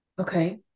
Okay